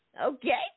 Okay